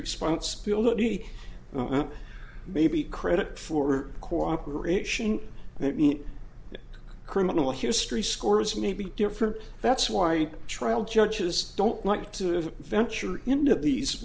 responsibility maybe credit for cooperation criminal history scores may be different that's why trial judges don't want to venture into these